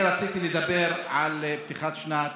כבוד היושב-ראש, אני רציתי לדבר על פתיחת שנת